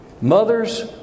Mothers